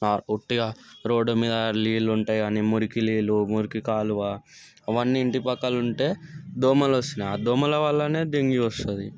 ఒట్టిగా రోడ్డు మీద నీళ్ళు ఉంటాయి కానీ మురికి నీళ్ళు మురికి కాలువ అవన్నీ ఇంటి పక్కల ఉంటే దోమలు వస్తున్నాయి ఆ దోమల వల్లనే డెంగ్యూ వస్తుంది